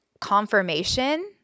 confirmation